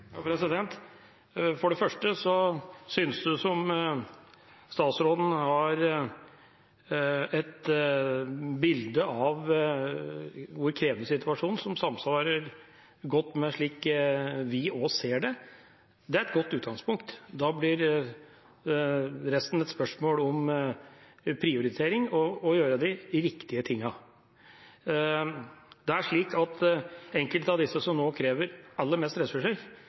For det første synes det som om statsråden har et bilde av hvor krevende situasjonen er, som samsvarer godt med slik vi ser det. Det er et godt utgangspunkt. Da blir resten et spørsmål om prioritering og om å gjøre de riktige tingene. Enkelte av disse som nå krever aller mest ressurser,